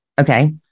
Okay